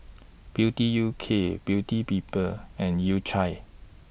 Beauty U K Beauty People and U Cha